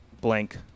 blank